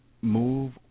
move